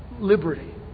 liberty